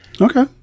Okay